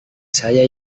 saya